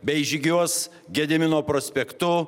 bei žygiuos gedimino prospektu